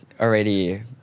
already